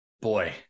Boy